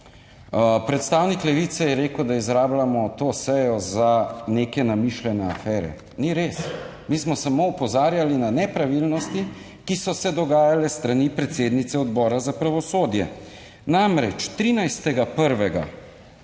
Predstavnik Levice je rekel, da izrabljamo to sejo za neke namišljene afere. Ni res, mi smo samo opozarjali na nepravilnosti, ki so se dogajale s strani predsednice Odbora za pravosodje. Namreč 13.